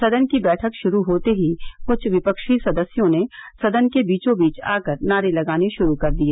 सदन की बैठक शुरू होते ही कुछ विपक्षी सदस्यों ने सदन के बीचोंबीच आकर नारे लगाने शुरू कर दिए